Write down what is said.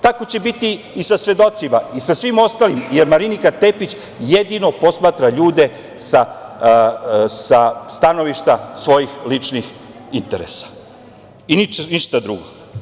Tako će biti i sa svedocima i sa svim ostalim jer Marinika Tepić jedino posmatra ljude sa stanovišta svojih ličnih interesa i ništa drugo.